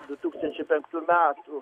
du tūkstančiai penktų metų